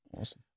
Awesome